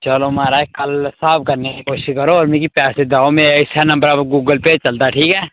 चलो महारज कल स्हाब करने दी कोशिश करो होर मिगी पैसे देओ मेरे इस्सै नंबरै पर गूगल पे चलदा ठीक ऐ